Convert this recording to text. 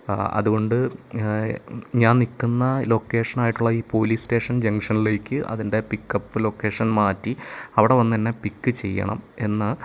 അതുകൊണ്ട് ഞാ ഞാൻ നിൽക്കുന്ന ലൊക്കേഷനായിട്ടുള്ള ഈ പോലീസ് സ്റ്റേഷൻ ജംഗ്ഷനിലേക്ക് അതിൻ്റെ പിക്കപ്പ് ലൊക്കേഷൻ മാറ്റി അവിടെ വന്ന് എന്നെ പിക്ക് ചെയ്യണം എന്ന്